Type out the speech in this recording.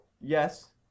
yes